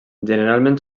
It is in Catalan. generalment